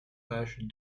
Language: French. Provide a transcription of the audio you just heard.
page